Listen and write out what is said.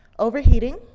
overheating,